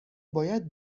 باید